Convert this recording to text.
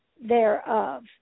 thereof